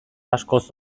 askoz